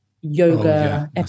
yoga